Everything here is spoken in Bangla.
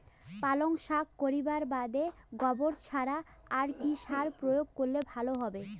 পালং শাক করিবার বাদে গোবর ছাড়া আর কি সার প্রয়োগ করিলে ভালো হবে?